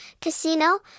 casino